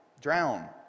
Drown